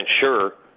sure